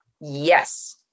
Yes